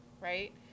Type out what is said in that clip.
right